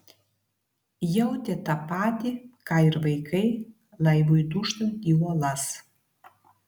jautė tą patį ką ir vaikai laivui dūžtant į uolas